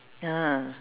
ya